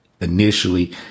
initially